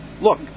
look